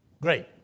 Great